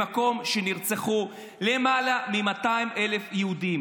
במקום שנרצחו בו למעלה מ-200,000 יהודים,